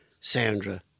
Sandra